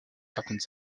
certaines